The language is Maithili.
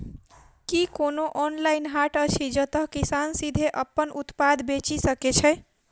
की कोनो ऑनलाइन हाट अछि जतह किसान सीधे अप्पन उत्पाद बेचि सके छै?